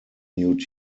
new